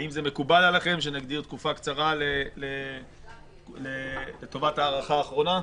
האם מקובל עליכם שנגדיר תקופה קצרה לטובת הארכה אחרונה?